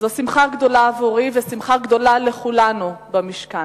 זו שמחה גדולה עבורי ושמחה גדולה לכולנו במשכן,